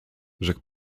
rzekł